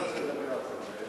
אני רוצה לדבר על זה.